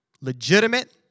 Legitimate